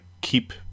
keep